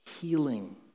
healing